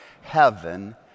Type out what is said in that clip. heaven